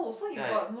then I